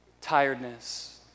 tiredness